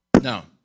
Now